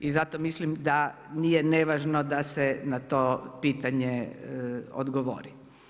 I zato mislim da nije nevažno da se na to pitanje odgovori.